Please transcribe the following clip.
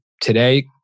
today